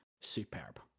superb